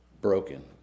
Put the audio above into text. broken